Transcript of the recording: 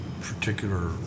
particular